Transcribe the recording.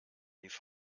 rief